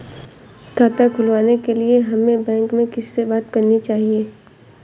खाता खुलवाने के लिए हमें बैंक में किससे बात करनी चाहिए?